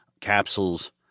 capsules